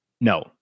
no